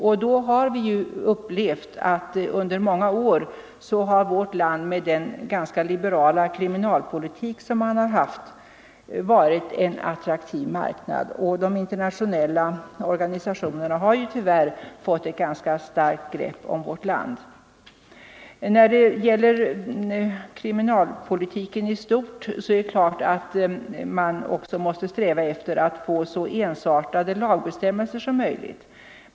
Därför har vi också fått uppleva att under många år har vårt land, med den ganska liberala kriminalpolitik som vi har haft, varit en attraktiv marknad. De internationella organisationerna har tyvärr fått ett ganska starkt grepp om vårt land. I fråga om kriminalpolitiken i stort är det klart att man också måste sträva efter att få så ensartade lagbestämmelser som möjligt.